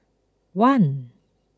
one